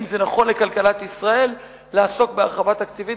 אם זה נכון לכלכלת ישראל לעסוק בהרחבה תקציבית,